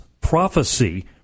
prophecy